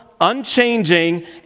unchanging